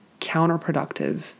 counterproductive